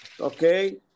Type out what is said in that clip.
Okay